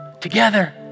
Together